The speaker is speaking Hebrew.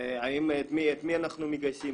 את מי אנחנו מגייסים?